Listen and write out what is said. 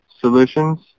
solutions